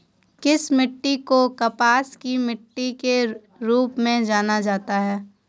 किस मिट्टी को कपास की मिट्टी के रूप में जाना जाता है?